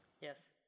Yes